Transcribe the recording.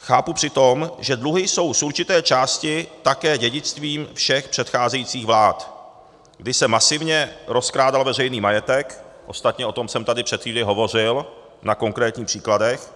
Chápu přitom, že dluhy jsou z určité části také dědictvím všech předcházejících vlád, kdy se masivně rozkrádal veřejný majetek, ostatně o tom jsem tady před chvílí hovořil na konkrétních příkladech,